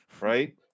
right